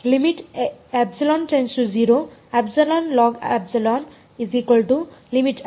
L ಹೋಪಿಟಲ್ ನಿಯಮಗಳು ಸರಿ